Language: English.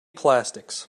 plastics